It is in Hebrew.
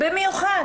במיוחד